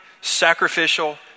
sacrificial